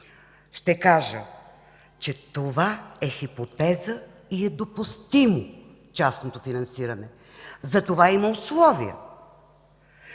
Ще кажа, че това е хипотеза и е допустимо частното финансиране, за това има условия.